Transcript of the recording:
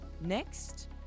next